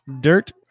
Dirt